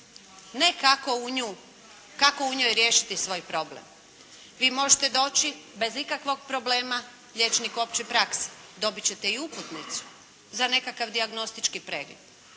ne kako u njoj riješiti svoj problem. Vi možete doći bez ikakvog problema liječniku opće prakse. Dobit ćete i uputnicu za nekakav dijagnostički pregled,